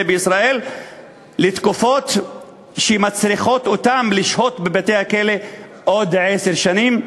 בישראל לתקופות שמצריכות אותם לשהות בבתי-הכלא עוד עשר שנים.